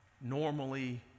normally